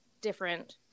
different